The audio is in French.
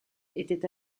était